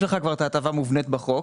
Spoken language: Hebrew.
יש לך כבר את ההטבה מובנית בחוק,